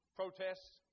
protests